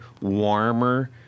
warmer